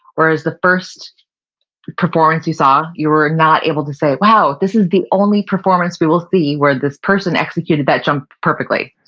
whereas the first performance you saw you were not able to say, wow, this is the only performance we will see where this person executed that jump perfectly.